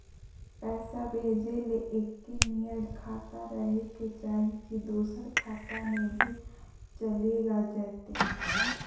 पैसा भेजे ले एके नियर खाता रहे के चाही की दोसर खाता में भी चलेगा जयते?